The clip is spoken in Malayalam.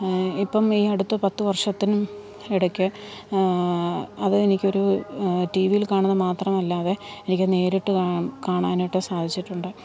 ഇപ്പോള് ഈ അടുത്ത് പത്ത് വർഷത്തിനും ഇടയ്ക്ക് അത് എനിക്കൊരു ടി വിയിൽ കാണുന്ന മാത്രമല്ലാതെ എനിക്ക് നേരിട്ട് കാണാനായിട്ട് സാധിച്ചിട്ടുണ്ട്